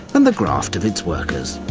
and the graft of its workers.